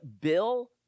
Bill